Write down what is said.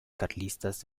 carlistas